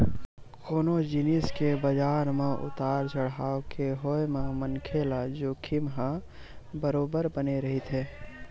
कोनो जिनिस के बजार म उतार चड़हाव के होय म मनखे ल जोखिम ह बरोबर बने रहिथे